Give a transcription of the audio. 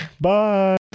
Bye